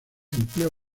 empleo